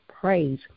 praise